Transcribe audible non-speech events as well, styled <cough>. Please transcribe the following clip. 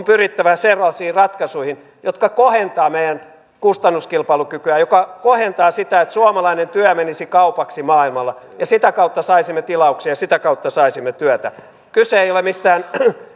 <unintelligible> pyrittävä sellaisiin ratkaisuihin jotka kohentavat meidän kustannuskilpailukykyämme mikä kohentaa sitä että suomalainen työ menisi kaupaksi maailmalla ja sitä kautta saisimme tilauksia ja sitä kautta saisimme työtä kyse ei ole mistään